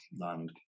land